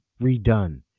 Redone